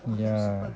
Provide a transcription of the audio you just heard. yeah